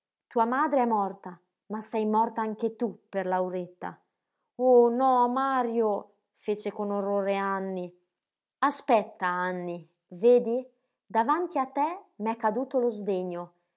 tua madre è morta ma sei morta anche tu per lauretta oh no mario fece con orrore anny aspetta anny vedi davanti a te m'è caduto lo sdegno